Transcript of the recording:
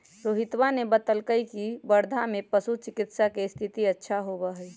रोहितवा ने बतल कई की वर्धा में पशु चिकित्सा के स्थिति अच्छा होबा हई